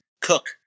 Cook